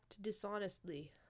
dishonestly